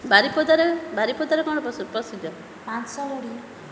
ବାରିପଦାରେ ବାରିପଦାରେ କ'ଣ ପ୍ରସିଦ୍ଧ ପ୍ରସିଦ୍ଧ ମାଂସ ମୁଢ଼ି